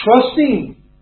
trusting